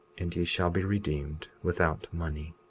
and ye shall be redeemed without money.